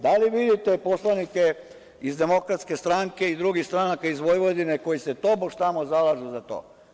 Da li vidite poslanike iz DS, i iz drugih stanaka iz Vojvodine, koji se tobož tamo zalažu za to?